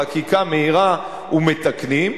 חקיקה מהירה ומתקנים.